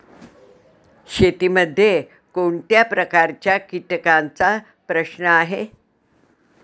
शेतीमध्ये कोणत्या प्रकारच्या कीटकांचा प्रश्न आहे?